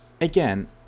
again